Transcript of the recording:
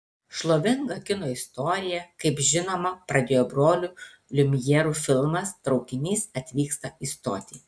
šlovingą kino istoriją kaip žinoma pradėjo brolių liumjerų filmas traukinys atvyksta į stotį